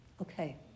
Okay